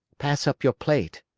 pass up your plate,